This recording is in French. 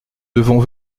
devons